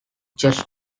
just